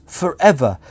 forever